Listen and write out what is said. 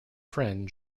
friend